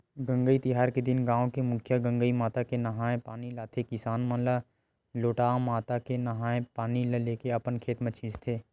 गंगई तिहार के दिन गाँव के मुखिया गंगई माता के नंहाय पानी लाथे किसान मन लोटा म माता के नंहाय पानी ल लेके अपन खेत म छींचथे